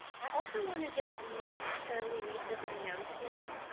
i also want to just make sure we make this announcement.